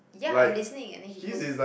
ya I'm listening and then he folds